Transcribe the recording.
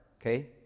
okay